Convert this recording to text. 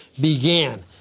began